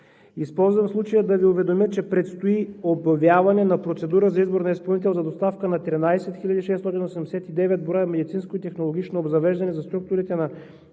Използвам случая да Ви уведомя, че предстои обявяване на процедура за избор на изпълнител за доставка на 13 689 броя медицинско и технологично обзавеждане за структурите на